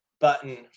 button